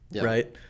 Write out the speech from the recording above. right